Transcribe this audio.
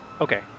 Okay